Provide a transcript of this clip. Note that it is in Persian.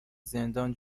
زندان